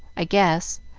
i guess,